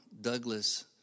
Douglas